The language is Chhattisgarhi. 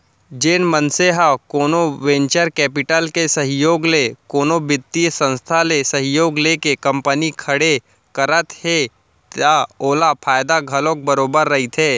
जेन मनसे ह कोनो वेंचर कैपिटल के सहयोग ले कोनो बित्तीय संस्था ले सहयोग लेके कंपनी खड़े करत हे त ओला फायदा घलोक बरोबर रहिथे